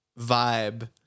vibe